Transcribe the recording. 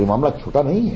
यह मामला छोटानहीं है